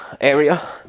area